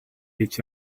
each